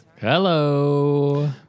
Hello